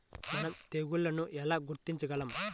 మనం తెగుళ్లను ఎలా గుర్తించగలం?